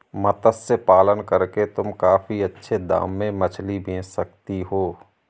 मत्स्य पालन करके तुम काफी अच्छे दाम में मछली बेच सकती हो